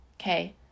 okay